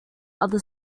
other